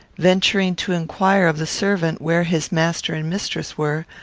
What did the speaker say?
venturing to inquire of the servant where his master and mistress were,